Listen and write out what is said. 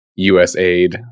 USAID